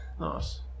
nice